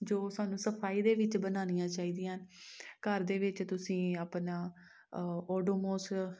ਜੋ ਸਾਨੂੰ ਸਫਾਈ ਦੇ ਵਿੱਚ ਬਣਾਉਣੀਆਂ ਚਾਹੀਦੀਆਂ ਘਰ ਦੇ ਵਿੱਚ ਤੁਸੀਂ ਆਪਣਾ ਓਡੋਮੋਸ